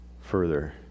further